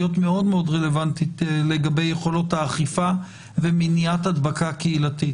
להיות מאוד-מאוד רלוונטית לגבי יכולות האכיפה ומניעת הדבקה קהילתית.